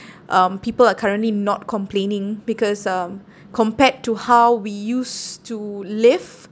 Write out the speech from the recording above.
um people are currently not complaining because um compared to how we used to live